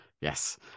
yes